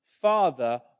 father